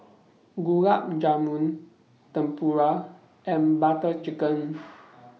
Gulab Jamun Tempura and Butter Chicken